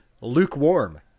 lukewarm